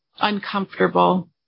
Uncomfortable